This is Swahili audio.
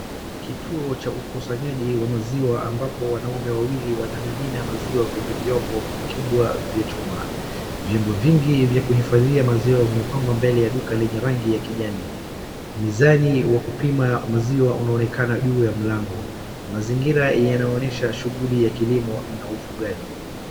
Kituo cha ukusanyaji wa maziwa ambapo wanaume wawili wanamimina maziwa kwenye vyombo vikubwa vya chuma. Vyombo vingi vya kuhifadhia maziwa vimepangwa mbele ya duka lenye rangi ya kijani. Mizani wa kupima maziwa unaonekana juu ya mlango. Mazingira yanaonyesha shughuli ya kilimo na ufugaji.